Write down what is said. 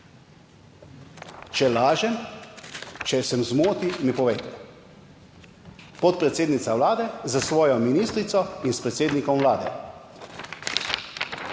Če lažem, če sem v zmoti, mi povejte, podpredsednica Vlade s svojo ministrico in s predsednikom Vlade.